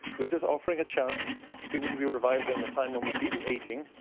we're just offering a chance people to be revived in the time when we've beaten aging.